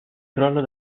crollo